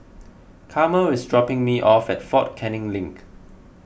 Carmel is dropping me off at fort Canning Link